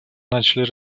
начали